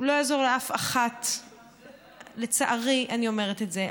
הוא לא יעזור לאף אחת, לצערי, אני אומרת את זה.